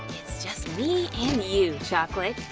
it's just me and you, chocolate.